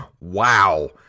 Wow